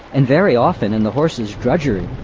and very often in the horses drudgery,